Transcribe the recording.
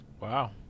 Wow